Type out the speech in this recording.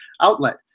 outlet